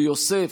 ויוסף,